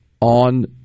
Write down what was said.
on